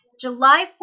July